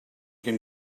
can